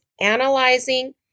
analyzing